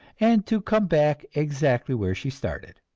and to come back exactly where she started.